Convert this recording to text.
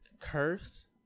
curse